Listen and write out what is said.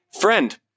friend